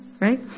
right